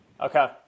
Okay